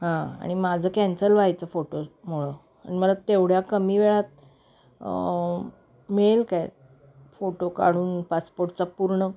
हां आणि माझं कॅन्सल व्हायचं फोटोमुळं मला तेवढ्या कमी वेळात मिळेल काय फोटो काढून पासपोर्टचा पूर्ण